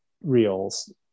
reels